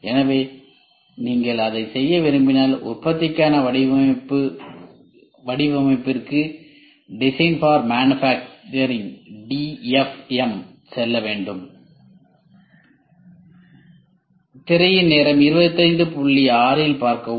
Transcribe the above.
எனவே நீங்கள் அதை செய்ய விரும்பினால் உற்பத்திக்கான வடிவமைப்பு வடிவமைப்பிற்கு செல்லவேண்டும்